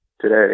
today